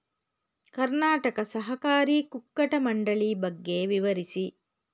ಕರ್ನಾಟಕ ಸಹಕಾರಿ ಕುಕ್ಕಟ ಮಂಡಳಿ ಬಗ್ಗೆ ವಿವರಿಸಿ?